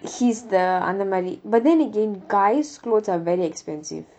he's the அந்த மாதிரி:antha maathiri but then again guys clothes are very expensive